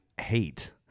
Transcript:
hate